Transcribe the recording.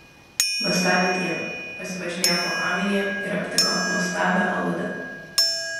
nuostabią dieną pasivažinėjo po angliją ir aptiko nuostabią aludę